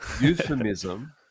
euphemism